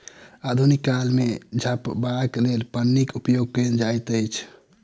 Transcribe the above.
आधुनिक काल मे झपबाक लेल पन्नीक उपयोग कयल जाइत अछि